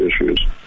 issues